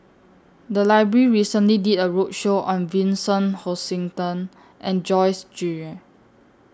The Library recently did A roadshow on Vincent Hoisington and Joyce Jue